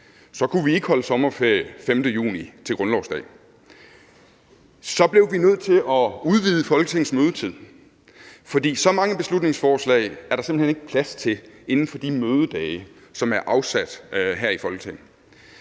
kunne vi ikke holde sommerferie til grundlovsdag 5. juni. Så blev vi nødt til at udvide Folketingets mødetid, for så mange beslutningsforslag er der simpelt hen ikke plads til inden for de mødedage, som er afsat her i Folketinget.